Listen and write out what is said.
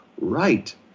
right